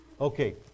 Okay